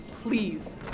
Please